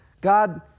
God